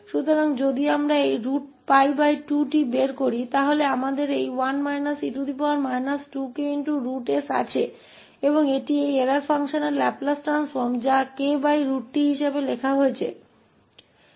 इसलिए यदि हम इस 𝜋2 को बाहर लाते हैं तो हमारे पास 1 e 2ks है और यह इस त्रुटि फ़ंक्शन का लैपलेस ट्रांसफ़ॉर्म है जिसे kt के रूप में लिखा जाता है